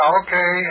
okay